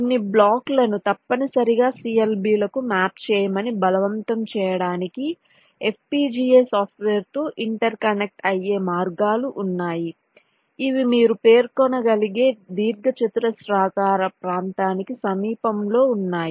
కొన్ని బ్లాక్లను తప్పనిసరిగా CLB లకు మ్యాప్ చేయమని బలవంతం చేయడానికి FPGA సాఫ్ట్వేర్తో ఇంటర్ కనెక్ట్ అయ్యే మార్గాలు ఉన్నాయి ఇవి మీరు పేర్కొనగలిగే దీర్ఘచతురస్రాకార ప్రాంతానికి సమీపంలో ఉన్నాయి